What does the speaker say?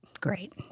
Great